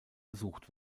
besucht